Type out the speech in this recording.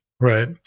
Right